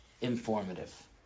informative